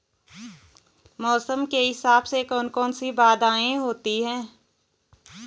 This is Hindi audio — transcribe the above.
मौसम के हिसाब से कौन कौन सी बाधाएं होती हैं?